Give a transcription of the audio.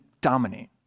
dominate